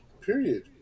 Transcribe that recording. period